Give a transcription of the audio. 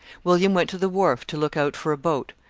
william went to the wharf to look out for a boat,